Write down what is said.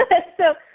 ah so